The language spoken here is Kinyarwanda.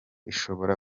ishobora